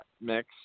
mix